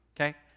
okay